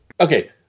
okay